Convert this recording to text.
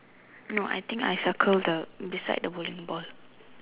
no I think I circle the beside the bowling ball